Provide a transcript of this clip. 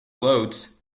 loads